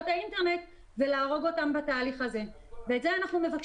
האינטרנט ולהרוג אותן בתהליך הזה וזה אנחנו מבקשים שלא יקרה.